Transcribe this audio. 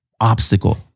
obstacle